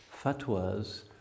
fatwas